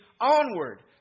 onward